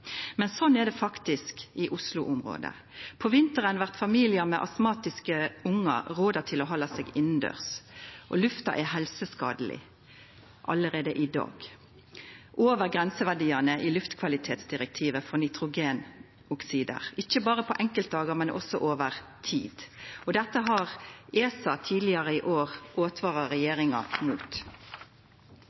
faktisk i Oslo-området. På vinteren blir familiar med astmatiske ungar rådde til å halda seg innandørs, og lufta er helseskadeleg alt i dag – over grenseverdiane i luftkvalitetsdirektivet for nitrogenoksid ikkje berre på enkeltdagar, men også over tid. Dette har ESA tidlegare i år åtvara regjeringa mot.